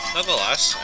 Nonetheless